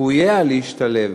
וסיכוייהם להשתלב